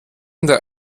nicht